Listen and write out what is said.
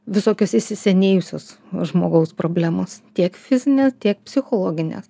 visokios įsisenėjusios žmogaus problemos tiek fizinės tiek psichologinės